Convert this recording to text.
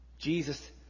Jesus